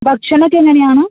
ഭക്ഷണമൊക്കെ എങ്ങനെയാണ്